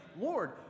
Lord